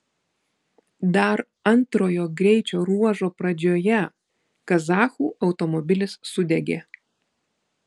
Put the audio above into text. dar antrojo greičio ruožo pradžioje kazachų automobilis sudegė